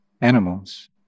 animals